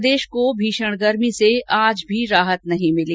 प्रदेश को भीषण गर्मी से आज भी राहत नहीं मिली